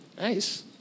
Nice